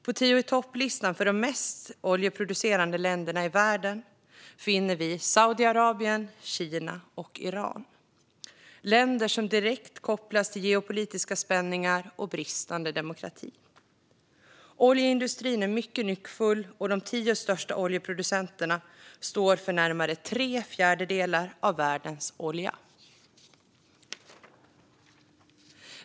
På tio-i-topp-listan för de mesta oljeproducerande länderna i världen finner vi Saudiarabien, Kina och Iran. Det är länder som direkt kopplas till geopolitiska spänningar och bristande demokrati. Oljeindustrin är mycket nyckfull, och de tio största oljeproducenterna står för närmare tre fjärdedelar av världens olja.